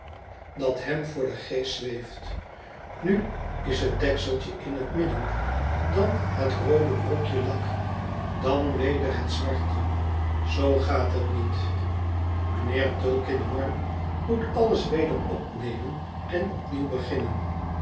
dat hem voor den geest zweeft nu is het dekseltje in het midden dan het roode brokje lak dan weder het zwarte zoo gaat het niet mijnheer tulkinghorn moet alles weder opnemen en opnieuw beginnen